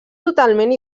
totalment